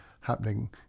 happening